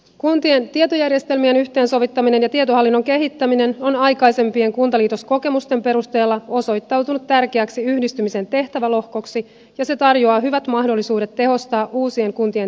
kuntien tietojärjestelmien yhteensovittaminen ja tietohallinnon kehittäminen ovat aikaisempien kuntaliitoskokemusten perusteella osoittautuneet tärkeäksi yhdistymisen tehtävälohkoksi ja se tarjoaa hyvät mahdollisuudet tehostaa uusien kuntien toimintaa